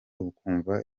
ukumva